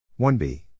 1b